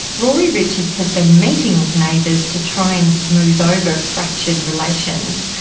rory richards has been meeting with neighbours to try and smooth over fractured relations.